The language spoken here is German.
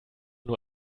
nur